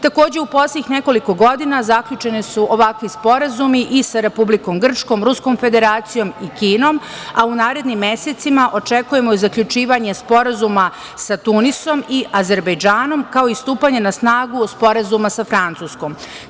Takođe, u poslednjih nekoliko godina zaključeni su ovakvi sporazumi i sa Republikom Grčkom, Ruskom Federacijom i Kinom, a u narednim mesecima očekujemo i zaključivanje sporazuma sa Tunisom i Azerbejdžanom, kao i stupanje na snagu sporazuma sa Francuskom.